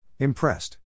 Impressed